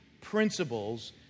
principles